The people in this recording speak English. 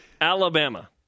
Alabama